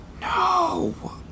No